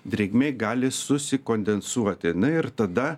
drėgmė gali susikondensuoti na ir tada